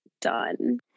done